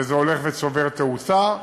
וזה הולך וצובר תאוצה.